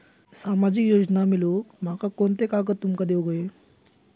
सामाजिक योजना मिलवूक माका कोनते कागद तुमका देऊक व्हये?